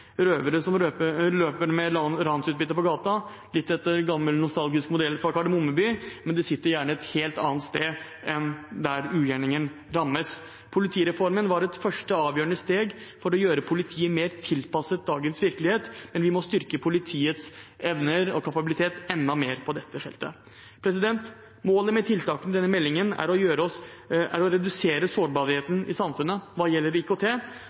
røvere som løper med ransutbyttet på gata, litt etter en gammel, nostalgisk modell fra Kardemomme by, de sitter gjerne et helt annet sted enn der ugjerningen rammer. Politireformen var et første og avgjørende steg for å gjøre politiet mer tilpasset dagens virkelighet, men vi må styrke politiets evner og kapabilitet enda mer på dette feltet. Målet med tiltakene i denne meldingen er å redusere sårbarheten i samfunnet hva gjelder IKT,